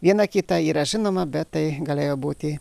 viena kita yra žinoma bet tai galėjo būti